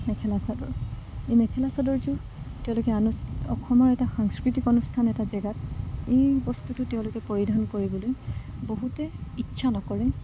মেখেলা চাদৰ এই মেখেলা চাদৰযোৰ তেওঁলোকে অসমৰ এটা সাংস্কৃতিক অনুষ্ঠান এটা জেগাত এই বস্তুটো তেওঁলোকে পৰিধান কৰিবলৈ বহুতে ইচ্ছা নকৰে